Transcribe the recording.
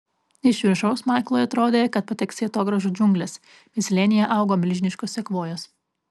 iš viršaus maiklui atrodė kad pateks į atogrąžų džiungles bet slėnyje augo milžiniškos sekvojos